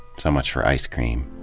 so much for ice cream.